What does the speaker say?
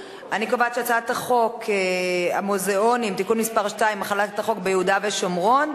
הצעת חוק המוזיאונים (תיקון מס' 2) (החלת החוק ביהודה והשומרון),